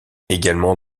également